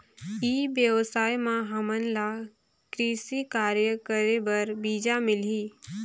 ई व्यवसाय म हामन ला कृषि कार्य करे बर बीजा मिलही?